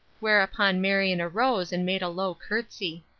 whereupon marion arose and made a low courtesy.